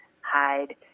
Hide